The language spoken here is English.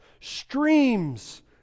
Streams